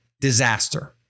disaster